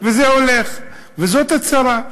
וזה הולך, וזאת הצרה.